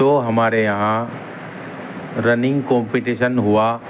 تو ہمارے یہاں رننگ کمپٹیشن ہوا